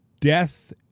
death